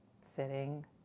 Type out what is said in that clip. sitting